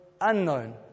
unknown